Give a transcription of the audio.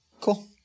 Cool